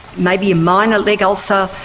maybe a minor leg ulcer,